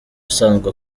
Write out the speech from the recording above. usanzwe